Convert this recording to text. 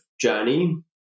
journey